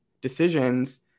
decisions